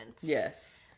Yes